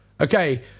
Okay